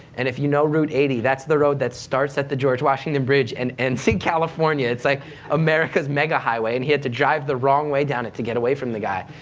and if you know route eighty, that's the road that starts at the george washington bridge, and ends in california, it's like america's mega-highway and he had to drive the wrong way down it to get away from the guy.